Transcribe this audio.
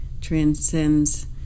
transcends